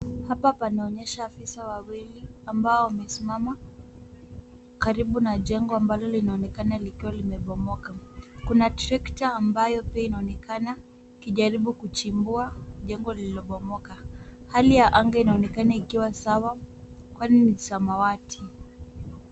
Hapa panaonyesha afisa wawili ambao wamesimama, karibu na jengo ambalo linaonekana likiwa limebomoka. Kuna trekta ambayo pia inaonekana ikijaribu kuchimbua jengo lililobomoka. Hali ya anga inaonekana ikiwa sawa kwani ni samawati.